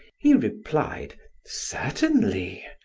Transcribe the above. he replied certainly,